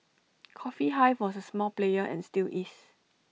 coffee hive was A small player and still is